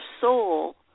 soul